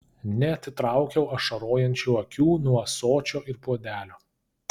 neatitraukiau ašarojančių akių nuo ąsočio ir puodelio